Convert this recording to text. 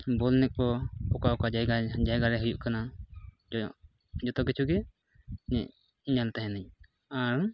ᱵᱚᱞ ᱮᱱᱮᱡ ᱠᱚ ᱚᱠᱟ ᱚᱠᱟ ᱡᱟᱭᱜᱟ ᱡᱟᱭᱜᱟ ᱨᱮ ᱦᱩᱭᱩᱜ ᱠᱟᱱᱟ ᱡᱮ ᱡᱚᱛᱚ ᱠᱤᱪᱷᱩᱜᱮ ᱧᱮ ᱧᱮᱞ ᱛᱟᱦᱮᱱᱟᱹᱧ ᱟᱨ